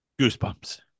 Goosebumps